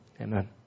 Amen